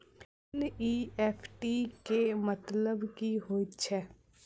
NEFT केँ मतलब की हएत छै?